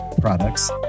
products